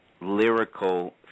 lyrical